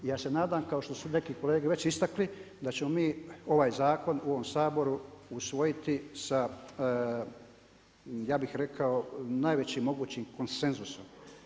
Ja se nadam kao što su neki kolege već istakli, da ćemo mi ovaj zakon u ovom Saboru usvojiti sa, ja bih rekao, najvećim mogućim konsenzusom.